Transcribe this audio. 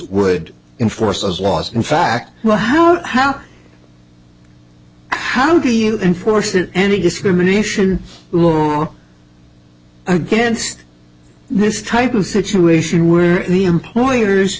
would enforce those laws in fact well how how how do you enforce it any discrimination against this type of situation where the employers